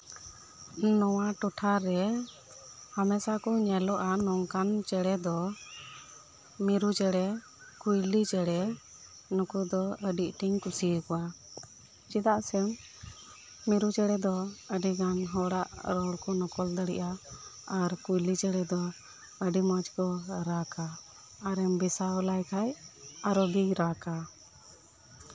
ᱱᱚᱶᱟ ᱴᱚᱴᱷᱟᱨᱮ ᱦᱟᱢᱮᱥᱟ ᱠᱚ ᱧᱮᱞᱚᱜᱼᱟ ᱱᱚᱝᱠᱟᱱ ᱪᱮᱬᱮ ᱫᱚ ᱢᱤᱨᱩ ᱪᱮᱬᱮ ᱠᱩᱭᱞᱤ ᱪᱮᱬᱮ ᱱᱩᱠᱩ ᱫᱚ ᱟᱹᱰᱤ ᱟᱸᱴ ᱤᱧ ᱠᱩᱥᱤ ᱟᱠᱚᱣᱟ ᱪᱮᱫᱟᱜ ᱥᱮ ᱢᱤᱨᱩ ᱪᱮᱬᱮ ᱫᱚ ᱟᱹᱰᱤ ᱜᱟᱱ ᱦᱚᱲ ᱟᱜ ᱨᱚᱲ ᱠᱚ ᱱᱚᱠᱚᱞ ᱫᱟᱲᱮᱭᱟᱜᱼᱟ ᱟᱨ ᱠᱩᱭᱞᱤ ᱪᱮᱬᱮ ᱫᱚ ᱟᱹᱰᱤ ᱢᱚᱸᱡ ᱠᱚ ᱨᱟᱜᱼᱟ ᱟᱨᱮᱢ ᱵᱮᱥᱟᱣ ᱞᱮᱠᱷᱟᱱ ᱟᱨᱚ ᱜᱮᱭ ᱨᱟᱜᱼᱟ